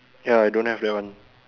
ya I don't have that one